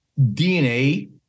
DNA